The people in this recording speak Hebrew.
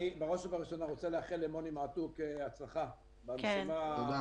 בראש ובראשונה אני רוצה לאחל למוני מעתוק הצלחה במשימה -- תודה.